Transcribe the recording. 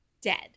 dead